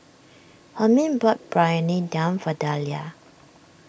Hermine bought Briyani Dum for Dalia